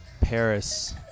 Paris